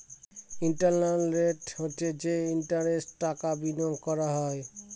internal rate হচ্ছে যে ইন্টারেস্টে টাকা বিনিয়োগ করা হয়